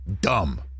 dumb